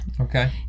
Okay